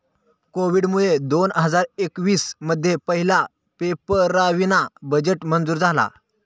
कोविडमुळे दोन हजार एकवीस मध्ये पहिला पेपरावीना बजेट मंजूर झाला